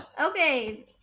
Okay